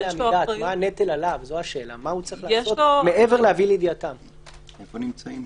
המטרה היא להגן על מי שנמצא במקום.